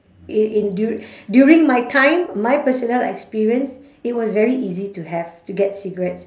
i~ in dur~ during my time my personal experience it was very easy to have to get cigarettes